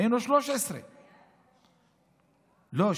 היינו אז 13. לא.